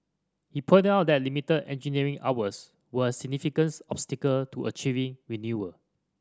he pointed out that limited engineering hours were a significant obstacle to achieving renewal